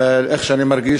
איך שאני מרגיש,